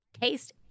Taste